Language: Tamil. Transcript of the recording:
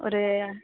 ஒரு